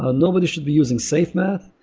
ah nobody should be using safe math,